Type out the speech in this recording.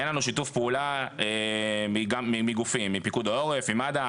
אין לנו שיתוף פעולה מגופים: מפיקוד העורף, ממד"א.